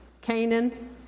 Canaan